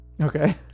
Okay